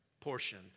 portion